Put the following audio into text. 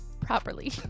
Properly